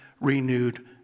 renewed